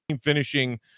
finishing